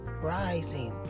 rising